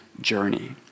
journey